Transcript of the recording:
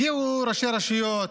הגיעו ראשי רשויות,